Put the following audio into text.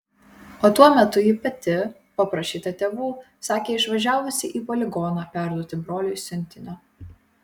o tuo metu ji pati paprašyta tėvų sakė išvažiavusi į poligoną perduoti broliui siuntinio